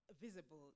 visible